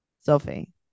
Sophie